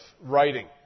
writing